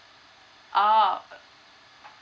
oh